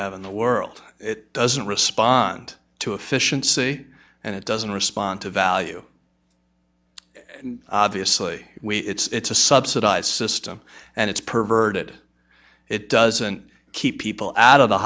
have in the world it doesn't respond to efficiency and it doesn't respond to value and obviously it's a subsidized system and it's perverted it doesn't keep people out of the